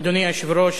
אדוני היושב-ראש,